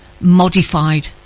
modified